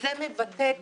זה מבטא את